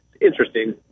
interesting